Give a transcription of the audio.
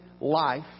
life